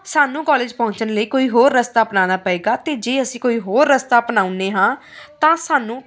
ਸਾਨੂੰ ਕੋਲੇਜ ਪਹੁੰਚਣ ਲਈ ਕੋਈ ਹੋਰ ਰਸਤਾ ਅਪਣਾਉਣਾ ਪਵੇਗਾ ਅਤੇ ਜੇ ਅਸੀਂ ਕੋਈ ਹੋਰ ਰਸਤਾ ਅਪਣਾਉਂਦੇ ਹਾਂ ਤਾਂ ਸਾਨੂੰ